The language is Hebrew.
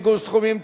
עיגול סכומים),